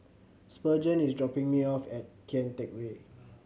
Spurgeon is dropping me off at Kian Teck Way